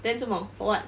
then 作么 for what